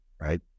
right